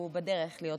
הוא בדרך להיות,